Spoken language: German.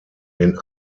den